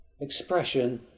Expression